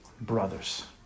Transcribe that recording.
brothers